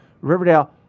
Riverdale